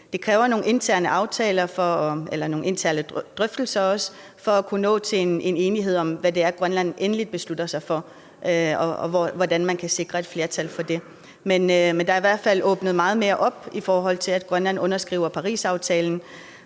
Det kræver nogle interne drøftelser, for at man kan nå til enighed om, hvad det er, Grønland endeligt beslutter sig for, og hvordan man kan sikre et flertal for det. Men der er i hvert fald åbnet meget mere op, i forhold til at Grønland underskriver Parisaftalen.